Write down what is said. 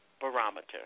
barometer